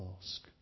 ask